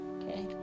Okay